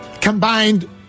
Combined